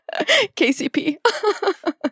KCP